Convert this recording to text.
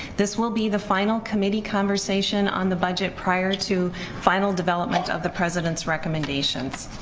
this will be the final committee conversation on the budget prior to final development of the president's recommendations.